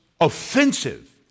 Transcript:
offensive